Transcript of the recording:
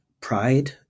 pride